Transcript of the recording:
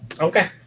Okay